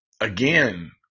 again